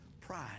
pride